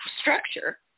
structure